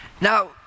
Now